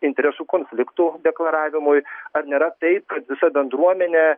interesų konfliktų deklaravimui ar nėra taip kad visa bendruomenė